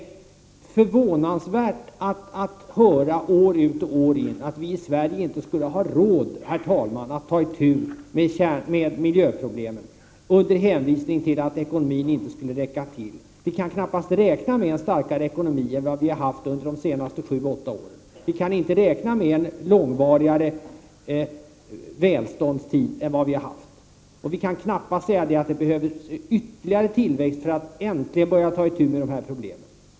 Det är förvånansvärt att höra år ut och år in att vi i Sverige inte skulle ha råd att ta itu med miljöproblemen, att ekonomin inte skulle räcka till. Vi kan knappast räkna med en starkare ekonomi än vad vi har haft under de senaste sju åtta åren. Vi kan inte räkna med en långvarigare välståndstid än vad vi har haft. Och vi kan knappast säga att det behövs ytterligare tillväxt för att vi äntligen skall börja ta itu med de här problemen.